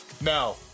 Now